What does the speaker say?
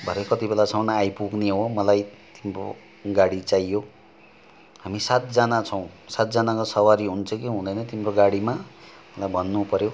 भरे कति बेलासम्म आइपुग्ने हो मलाई तिम्रो गाडी चाहियो हामी सातजना छौँ सातजनाको सवारी हुन्छ कि हुँदैन तिम्रो गाडीमा मलाई भन्नु पऱ्यो